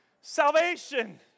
Salvation